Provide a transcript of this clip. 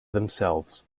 themselves